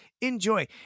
enjoy